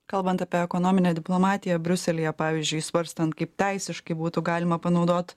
kalbant apie ekonominę diplomatiją briuselyje pavyzdžiui svarstant kaip teisiškai būtų galima panaudot